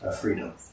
freedom